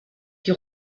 die